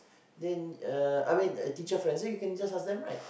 then uh I mean uh teacher friends then you can just ask them right